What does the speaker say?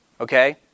Okay